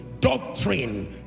doctrine